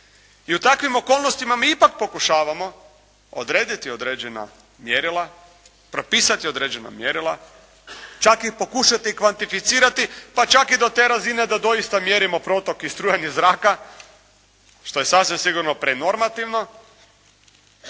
I u takvim okolnostima mi ipak pokušavamo odrediti određena mjerila, propisati određena mjerila, čak i pokušati kvantificirati pa čak i do te razine da doista mjerimo protok i strujanje zraka što je sasvim sigurno prenormativno,